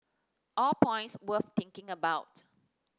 all points worth thinking about